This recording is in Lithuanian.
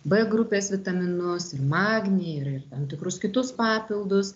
b grupės vitaminus ir magnį ir ir tam tikrus kitus papildus